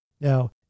Now